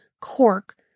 cork